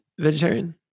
vegetarian